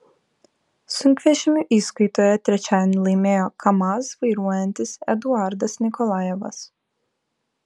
sunkvežimių įskaitoje trečiadienį laimėjo kamaz vairuojantis eduardas nikolajevas